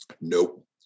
Nope